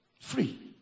Free